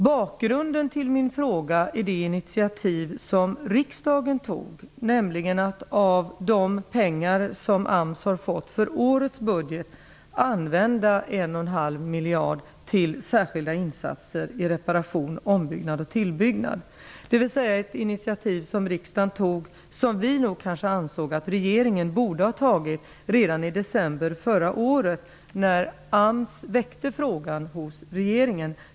Bakgrunden till min fråga är det initiativ som riksdagen tog, nämligen att av de pengar som AMS har fått för årets budget använda en och en halv miljard till särskilda insatser för reparation, ombyggnad och tillbyggnad. Det var alltså ett initiativ från riksdagen, fastän vi nog ansåg att regeringen borde ha tagit ett sådant initiativ redan i december förra året, när AMS väckte frågan hos regeringen.